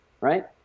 right